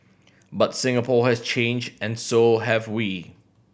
but Singapore has changed and so have we